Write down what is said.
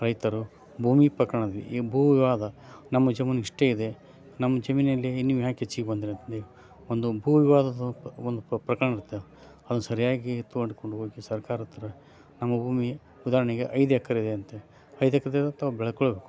ರೈತರು ಭೂಮಿ ಪ್ರಕರಣದಲ್ಲಿ ಈ ಭೂ ವಿವಾದ ನಮ್ಮ ಜಮೀನು ಇಷ್ಟೇ ಇದೆ ನಮ್ಮ ಜಮೀನಿನಲ್ಲಿ ನೀವು ಯಾಕೆ ಹೆಚ್ಚಿಗ್ ಬಂದಿರಿ ಅಂತಂದೇಳಿ ಒಂದು ಭೂ ವಿವಾದದ ಒಂದು ಪ್ರಕರಣ ಇರುತ್ತೆ ಅದನ್ನು ಸರಿಯಾಗಿ ತೆಗೆದುಕೊಂಡು ಹೋಗಿ ಸರ್ಕಾರದಹತ್ರ ನಮ್ಮ ಭೂಮಿ ಉದಾಹರಣೆಗೆ ಐದು ಎಕ್ರೆ ಇದೆ ಅಂತ ಐದು ಎಕ್ರೆಯಲ್ಲಿ ತಾವು ಬೆಳ್ಕೊಳ್ಳಬೇಕು